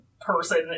person